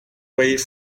wave